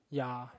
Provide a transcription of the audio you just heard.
ya